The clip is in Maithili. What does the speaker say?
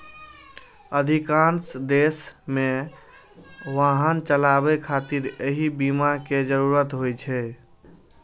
अधिकांश देश मे वाहन चलाबै खातिर एहि बीमा के जरूरत होइ छै